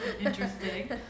Interesting